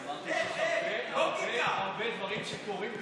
אמרתי שהרבה דברים שקורים,